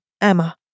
Emma